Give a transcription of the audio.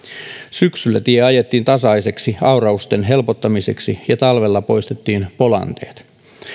syksyllä tie ajettiin tasaiseksi aurausten helpottamiseksi ja talvella poistettiin polanteet